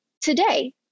today